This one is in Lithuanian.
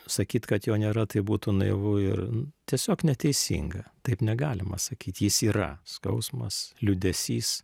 sakyt kad jo nėra taip būtų naivu ir tiesiog neteisinga taip negalima sakyt jis yra skausmas liūdesys